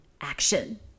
action